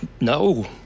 no